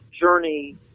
journey